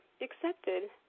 accepted